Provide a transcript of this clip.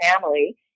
family